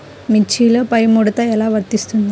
మిర్చిలో పైముడత ఎలా వస్తుంది?